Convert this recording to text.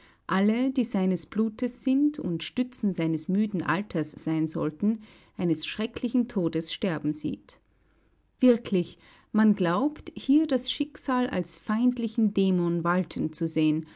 alle die seines blutes sind und stützen seines müden alters sein sollten eines schrecklichen todes sterben sieht wirklich man glaubt hier das schicksal als feindlichen dämon walten zu sehen